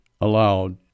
allowed